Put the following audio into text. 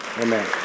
Amen